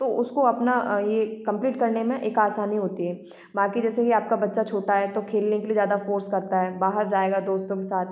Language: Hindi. तो उसको अपना ये कम्पलीट करने में एक आसानी होती है बाकि जैसे कि आपका बच्चा छोटा है तो खेलने के लिए ज्यादा फ़ोर्स करता है बाहर जाएगा दोस्तों के साथ